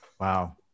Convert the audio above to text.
Wow